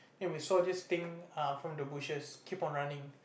and we saw this thing uh from the bushes keep on running